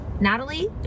Natalie